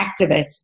activists